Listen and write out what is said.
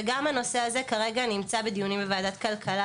וגם הנושא הזה כרגע נמצא בדיונים בוועדת הכלכלה,